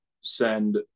send